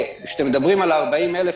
כשאתם מדברים על 40,000,